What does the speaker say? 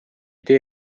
tee